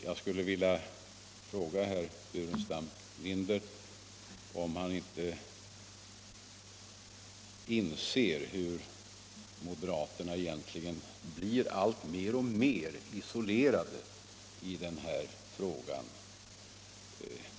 Jag skulle vilja fråga herr Burenstam Linder om han inte inser att moderaterna egentligen blir alltmer isolerade i den här frågan.